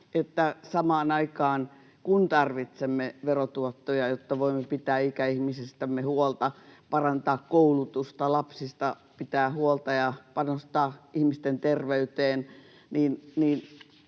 samaan aikaan, kun tarvitsemme verotuottoja, jotta voimme pitää ikäihmisistämme huolta, parantaa koulutusta, pitää lapsista huolta ja panostaa ihmisten terveyteen, ei